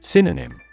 Synonym